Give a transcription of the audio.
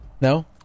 No